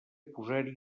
posar